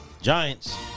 Giants